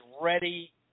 ready